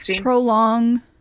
prolong